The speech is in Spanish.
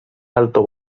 alto